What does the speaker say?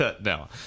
No